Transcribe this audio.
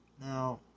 Now